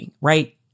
right